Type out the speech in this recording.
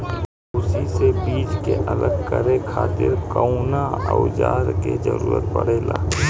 भूसी से बीज के अलग करे खातिर कउना औजार क जरूरत पड़ेला?